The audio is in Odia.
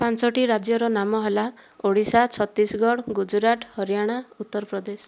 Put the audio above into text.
ପାଞ୍ଚଟି ରାଜ୍ୟର ନାମ ହେଲା ଓଡ଼ିଶା ଛତିଶଗଡ଼ ଗୁଜୁରାଟ ହରିୟାଣା ଉତ୍ତରପ୍ରଦେଶ